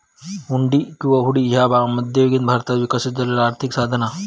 हुंडी किंवा हुंडी ह्या मध्ययुगीन भारतात विकसित झालेला आर्थिक साधन असा